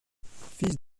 fils